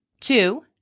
Two